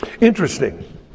Interesting